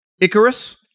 Icarus